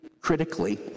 critically